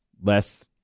Less